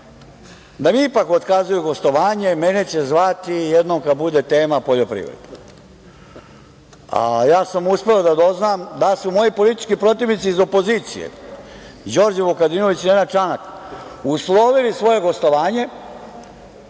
da mi ipak otkazuju gostovanje, mene će zvati jednom kada bude tema poljoprivreda. Uspeo sam da doznam da su moji politički protivnici iz opozicije, Đorđe Vukadinović i Nenad Čanak, uslovili svoje gostovanje